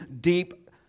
deep